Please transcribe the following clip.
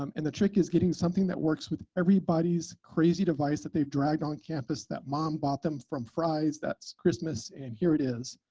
um and the trick is getting something that works with everybody's crazy device that they've dragged on campus that mom bought them from fries that christmas, and here it is.